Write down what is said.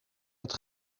dat